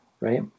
right